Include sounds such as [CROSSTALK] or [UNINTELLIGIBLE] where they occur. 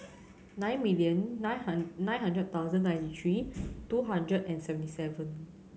nine million nine [UNINTELLIGIBLE] nine hundred thousand ninety three two hundred and seventy seven